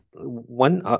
One